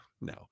no